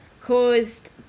caused